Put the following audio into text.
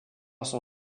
son